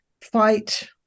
fight